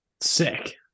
sick